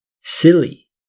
Silly